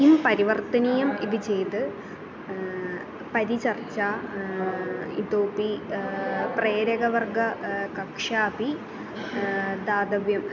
किं परिवर्तनीयम् इति चेत् परिचर्चा इतोपि प्रेरकवर्गः कक्ष्या अपि दातव्यं